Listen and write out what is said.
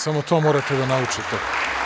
Samo to morate da naučite.